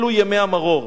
אלו ימי המרור.